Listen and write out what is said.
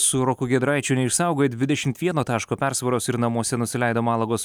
su roku giedraičiu neišsaugojo dvidešimt vieno taško persvaros ir namuose nusileido malagos